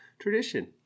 Tradition